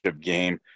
game